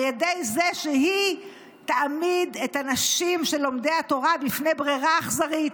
על ידי זה שהיא תעמיד את הנשים של לומדי התורה בפני ברירה אכזרית: